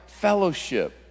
fellowship